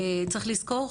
צריך לזכור,